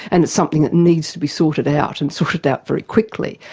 and it's something that needs to be sorted out, and sorted out very quickly,